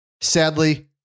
Sadly